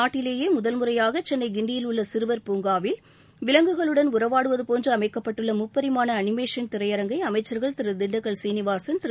நாட்டிலேயே முதல்முறையாக சென்னை கிண்டியில் உள்ள சிறுவர் பூங்காவில் விலங்குகளுடன் உறவாடுவது போன்று அமைக்கப்பட்டுள்ள முப்பரிமாண அளிமேஷன் திரையரங்கை அமைச்சர்கள் திரு திண்டுக்கல் சீனிவாசன் திரு